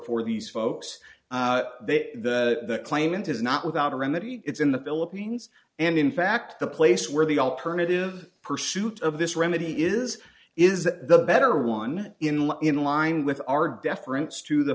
for these folks the claimant is not without a remedy it's in the philippines and in fact the place where the alternative pursuit of this remedy is is that the better one in law in line with our deference to the